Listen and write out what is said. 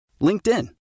LinkedIn